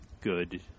good